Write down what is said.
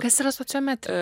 kas yra sociometrija